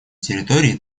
территории